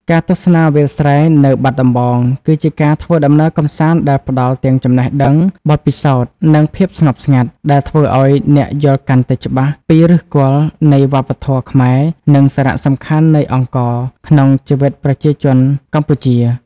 ការទស្សនាវាលស្រែនៅបាត់ដំបង គឺជាការធ្វើដំណើរកម្សាន្តដែលផ្ដល់ទាំងចំណេះដឹង បទពិសោធន៍ និងភាពស្ងប់ស្ងាត់ ដែលធ្វើឱ្យអ្នកយល់កាន់តែច្បាស់ពីឫសគល់នៃវប្បធម៌ខ្មែរ និងសារៈសំខាន់នៃអង្ករក្នុងជីវិតប្រជាជនកម្ពុជា ។